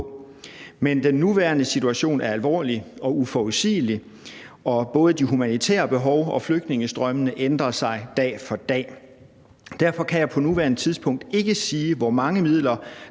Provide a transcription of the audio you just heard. Men den nuværende situation er alvorlig og uforudsigelig, og både de humanitære behov og flygtningestrømmene ændrer sig dag for dag. Derfor kan jeg på nuværende tidspunkt ikke sige, hvor mange midler